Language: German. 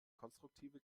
konstruktive